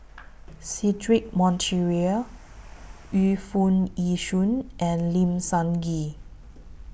Cedric Monteiro Yu Foo Yee Shoon and Lim Sun Gee